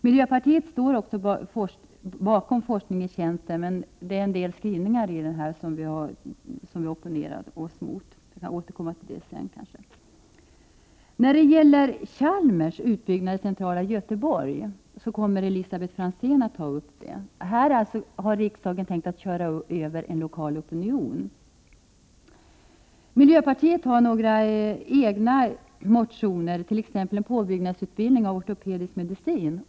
Miljöpartiet stödjer också forskning i tjänsten, men det finns en del skrivningar där som vi opponerar oss mot. Jag kan återkomma till det senare. Elisabet Franzén kommer att ta upp frågan om Chalmers utbyggnad i centrala Göteborg. Här har riksdagen tänkt att köra över en lokal opinion. Miljöpartiet har några egna motioner, t.ex. om påbyggnadsutbildning i ortopedisk medicin.